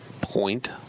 point